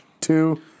two